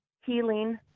healing